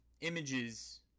images